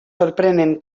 sorprenen